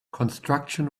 construction